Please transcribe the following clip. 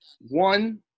one